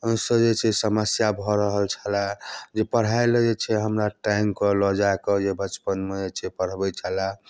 ओहिसँ जे छै समस्या भऽ रहल छलए जे पढ़ाइ लेल जे छै हमरा टाङ्गि कऽ लऽ जाए कऽ जे बचपनमे जे छै पढ़बै छलए